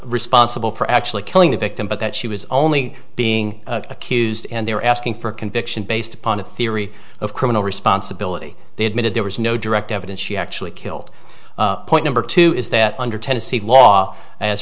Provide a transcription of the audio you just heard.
responsible for actually killing the victim but that she was only being accused and they were asking for a conviction based upon a theory of criminal responsibility the admitted there was no direct evidence she actually killed point number two is that under tennessee law as